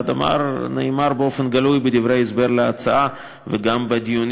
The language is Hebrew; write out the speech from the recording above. והדבר נאמר באופן גלוי בדברי ההסבר להצעה וגם בדיונים